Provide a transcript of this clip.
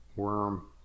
worm